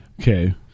Okay